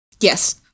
Yes